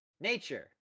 nature